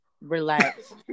relax